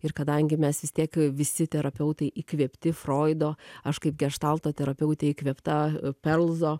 ir kadangi mes vis tiek visi terapeutai įkvėpti froido aš kaip geštalto terapeutė įkvėpta perlzo